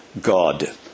God